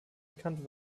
bekannt